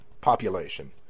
population